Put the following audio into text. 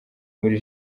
muri